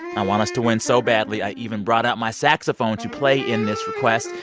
i want us to win so badly i even brought out my saxophone to play in this quest.